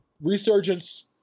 Resurgence